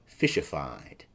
fishified